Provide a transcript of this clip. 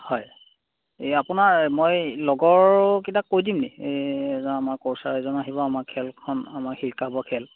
হয় এই আপোনাৰ মই লগৰোকেইটাক কৈ দিম নেকি এই এজন আমাৰ কচাৰ এজন আহিব আমাক খেলখন আমাৰ শিকাব খেল